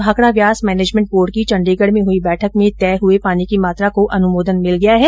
Bhakra Beas management board की चंडीगढ में हुई बैठक में तय हुए पानी की मात्रा को अनुमोदन मिल गया है